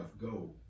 go